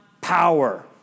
power